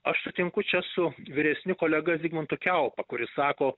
aš sutinku čia su vyresniu kolega zigmantu kiaupa kuris sako